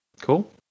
Cool